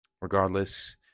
Regardless